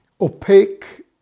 opaque